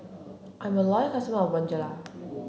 I'm a loyal customer of Bonjela